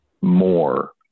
more